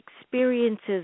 experiences